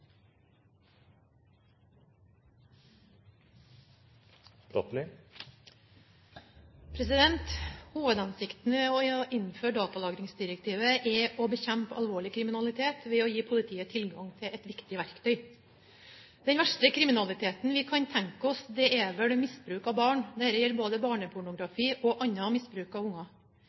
alvorlig kriminalitet ved å gi politiet tilgang til et viktig verktøy. Den verste kriminaliteten vi kan tenke oss, er vel misbruk av barn – det gjelder både barnepornografi og annen misbruk av